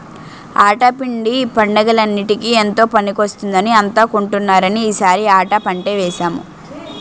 ఆటా పిండి పండగలన్నిటికీ ఎంతో పనికొస్తుందని అంతా కొంటున్నారని ఈ సారి ఆటా పంటే వేసాము